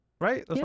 Right